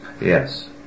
Yes